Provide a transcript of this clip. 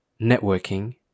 networking